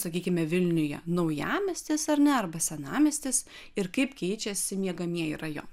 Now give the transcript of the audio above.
sakykime vilniuje naujamiestis ar ne arba senamiestis ir kaip keičiasi miegamieji rajonai